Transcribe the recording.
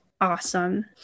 awesome